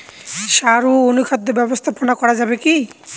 সাড় ও অনুখাদ্য ব্যবস্থাপনা করা যাবে কি?